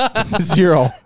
Zero